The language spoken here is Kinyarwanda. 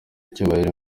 icyubahiro